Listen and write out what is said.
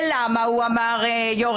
למה אמר זאת